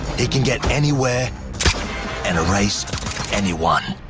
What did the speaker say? he can get anywhere and erase anyone.